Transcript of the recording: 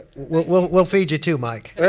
we'll we'll feed you, too, mike.